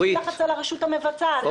כך אצל הרשות המבצעת.